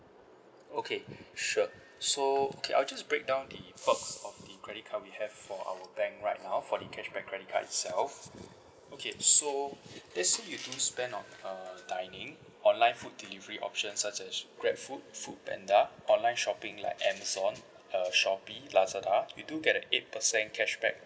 okay sure so okay I'll just break down the perks of the credit card we have for our bank right now for the cashback credit card itself okay so let's say you do spend on err dining online food delivery option such as grabfood foodpanda online shopping like amazon uh shopee lazada you do get a eight percent cashback